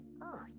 earth